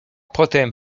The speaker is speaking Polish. potem